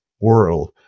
world